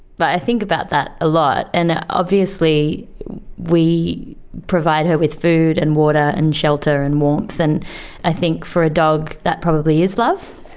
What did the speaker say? but i think about that a lot, and obviously we provide her with food and water and shelter and warmth, and i think for a dog that probably is love.